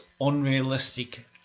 unrealistic